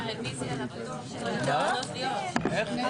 הישיבה ננעלה בשעה 11:28.